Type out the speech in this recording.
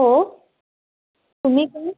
हो तुम्ही कोण